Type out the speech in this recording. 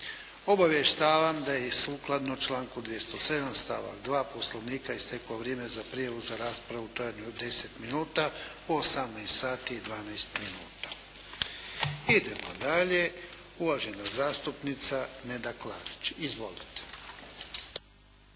Obavještavam da je i sukladno članku 207. stavak 2. Poslovnika isteklo vrijeme za prijavu za raspravu u trajanju od 10 minuta u 18,12 minuta. Idemo dalje. Uvažena zastupnica Neda Klarić. Izvolite.